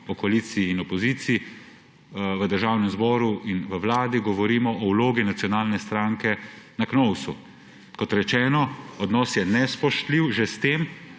o koaliciji in opoziciji v Državnem zboru in Vladi, govorimo o vlogi Slovenske nacionalne stranke na Knovsu. Kot rečeno, odnos je nespoštljiv že s tem,